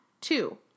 Two